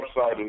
website